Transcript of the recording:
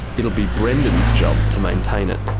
it'll be brendan's job to maintain it.